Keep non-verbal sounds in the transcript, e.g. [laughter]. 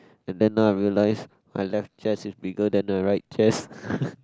and then now I realise my left chest is bigger than the right chest [noise]